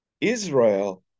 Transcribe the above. Israel